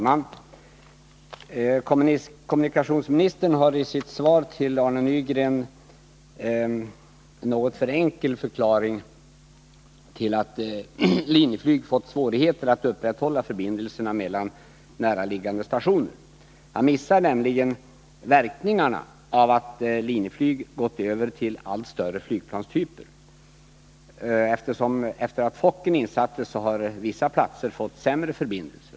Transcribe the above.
Herr talman! Kommunikationsministern har i sitt svar till Arne Nygren en något för enkel förklaring till att Linjeflyg fått svårigheter att upprätthålla förbindelserna mellan näraliggande stationer. Han missar nämligen verkningarna av att Linjeflyg gått över till allt större flygplanstyper. Efter det att Fokkern insattes har vissa platser fått sämre förbindelser.